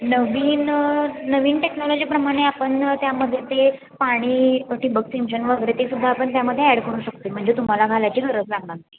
नवीन नवीन टेक्नॉलॉजीप्रमाणे आपण त्यामध्ये ते पाणी ठिबकसिंचन वगैरे ते सुुद्धा आपण त्यामध्ये ॲड करू शकतो आहे म्हणजे तुम्हाला घालायची गरज लागणार